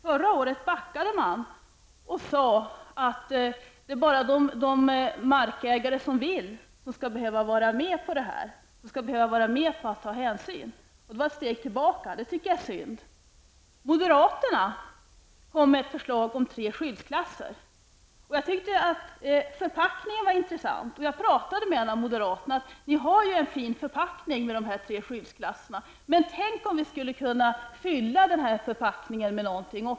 Förra året backade man och sade att endast de markägare som vill skall behöva ta hänsyn. Det var ett steg tillbaka, och det var synd. Moderaterna kom med ett förslag om tre skyddsklasser. Jag tyckte att förpackningen var intressant, och jag talade med moderaterna och sade: Ni har ju en fin förpackning med dessa tre skyddsklasser, men tänk om ni också kunde fylla förpackningen med något.